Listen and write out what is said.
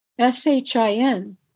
S-H-I-N